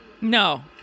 no